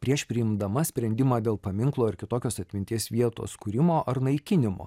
prieš priimdama sprendimą dėl paminklo ar kitokios atminties vietos kūrimo ar naikinimo